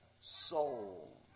soul